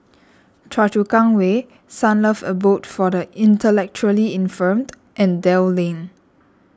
Choa Chu Kang Way Sunlove Abode for the Intellectually Infirmed and Dell Lane